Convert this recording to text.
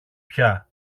πια